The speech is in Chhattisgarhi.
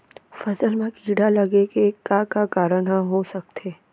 फसल म कीड़ा लगे के का का कारण ह हो सकथे?